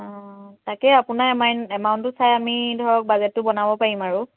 তাকে আপোনাৰ এমাইন এমাউণ্টটো চাই আমি ধৰক বাজেটটো বনাব পাৰিম আৰু